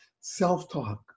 Self-talk